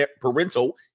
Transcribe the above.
parental